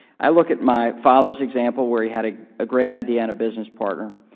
i look at my father's example where he had a a great idea and a business partner.